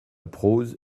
prose